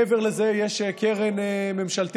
מעבר לזה, יש קרן ממשלתית